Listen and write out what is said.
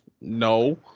No